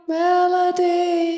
melody